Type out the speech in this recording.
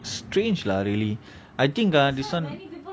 strange lah really I think ah this [one]